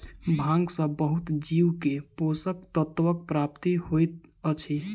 भांग सॅ बहुत जीव के पोषक तत्वक प्राप्ति होइत अछि